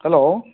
hello